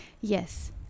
Yes